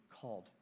called